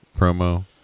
promo